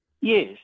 Yes